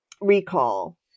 recall